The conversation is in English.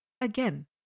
Again